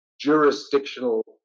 jurisdictional